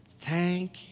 thank